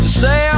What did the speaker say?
say